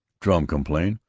drum complained,